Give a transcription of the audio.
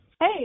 Hey